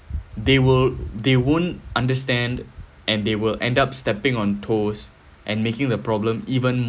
they will they won't understand and they will end up stepping on toes and making the problem even